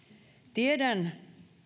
tiedän